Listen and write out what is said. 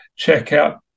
checkout